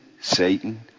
Satan